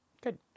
Good